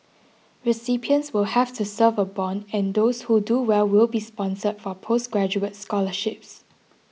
recipients will have to serve a bond and those who do well will be sponsored for postgraduate scholarships